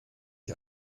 ich